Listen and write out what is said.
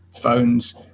phones